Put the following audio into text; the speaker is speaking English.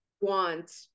want